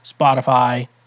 Spotify